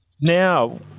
now